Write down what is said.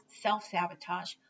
self-sabotage